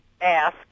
ask